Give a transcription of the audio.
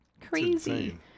crazy